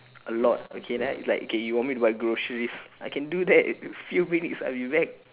a lot okay like like okay you want me to buy groceries I can do that a few minutes I will be back